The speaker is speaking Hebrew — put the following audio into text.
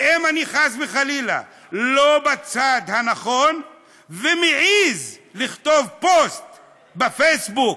ואם אני חס וחלילה לא בצד הנכון ומעז לכתוב פוסט בפייסבוק,